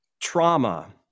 trauma